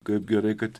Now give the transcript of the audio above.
kaip gerai kad